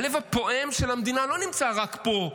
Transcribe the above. הלב הפועם של המדינה לא נמצא רק פה,